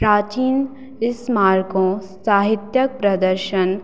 प्राचीन स्मारकों साहित्यिक प्रदर्शन